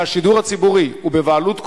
זה השידור הציבורי, הוא בבעלות כולנו.